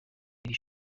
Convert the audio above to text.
iri